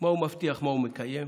מבטיח ומה הוא מקיים,